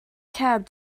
cab